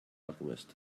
alchemist